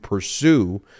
Pursue